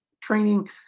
training